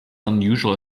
unusual